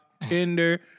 Tinder